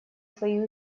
свои